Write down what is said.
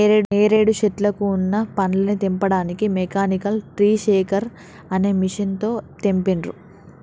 నేరేడు శెట్లకు వున్న పండ్లని తెంపడానికి మెకానికల్ ట్రీ షేకర్ అనే మెషిన్ తో తెంపిండ్రు